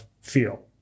feel